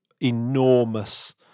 enormous